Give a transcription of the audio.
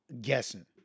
guessing